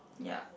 yeah